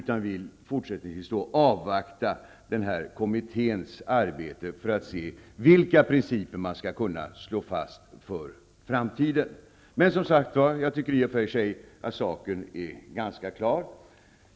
Man vill fortsättningsvis avvakta kommitténs arbete för att se vilka principer som kan slås fast inför framtiden. Jag tycker i och för sig att saken är ganska klar.